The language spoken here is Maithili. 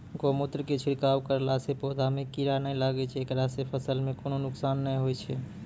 गोमुत्र के छिड़काव करला से पौधा मे कीड़ा नैय लागै छै ऐकरा से फसल मे कोनो नुकसान नैय होय छै?